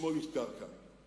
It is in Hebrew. ששמו יוזכר כאן.